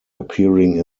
appearing